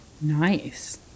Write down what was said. Nice